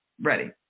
ready